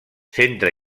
centre